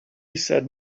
said